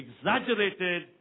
exaggerated